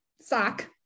sock